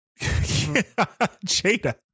Jada